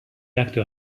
actes